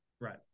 Right